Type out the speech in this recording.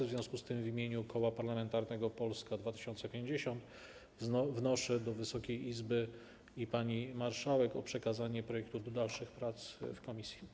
W związku z tym w imieniu Koła Parlamentarnego Polska 2050 wnoszę do Wysokiej Izby i pani marszałek o przekazanie projektu do dalszych prac w komisji.